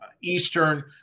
Eastern